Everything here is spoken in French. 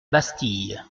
bastille